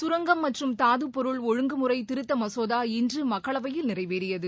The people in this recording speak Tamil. சுரங்கம் மற்றும் தாதுப் பொருட்கள் ஒழுங்கு முறை திருத்த மசோதா இன்று மக்களவையில் நிறைவேறியது